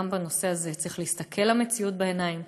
גם בנושא הזה צריך להסתכל למציאות בעיניים,